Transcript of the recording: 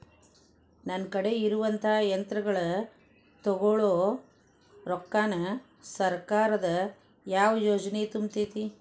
ನನ್ ಕಡೆ ಇರುವಂಥಾ ಯಂತ್ರಗಳ ತೊಗೊಳು ರೊಕ್ಕಾನ್ ಸರ್ಕಾರದ ಯಾವ ಯೋಜನೆ ತುಂಬತೈತಿ?